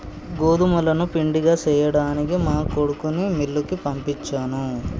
గోదుములను పిండిగా సేయ్యడానికి మా కొడుకుని మిల్లుకి పంపించాను